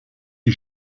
die